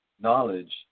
knowledge